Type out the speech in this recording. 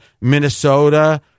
Minnesota